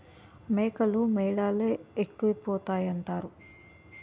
మేకలు మేడలే ఎక్కిపోతాయంతారు